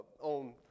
on